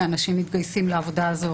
למרות השכר הנמוך אנשים מתגייסים לעבודה הזאת